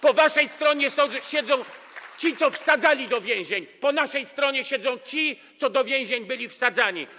Po waszej stronie siedzą ci, co wsadzali do więzień, po naszej stronie siedzą ci, co do więzień byli wsadzani.